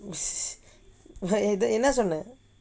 என்ன சொன்னேன்:enna sonnaen